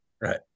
Right